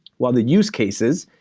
while the use cases,